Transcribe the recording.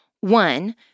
One